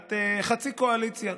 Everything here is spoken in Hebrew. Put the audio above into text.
סיעת חצי קואליציה,